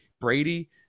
Brady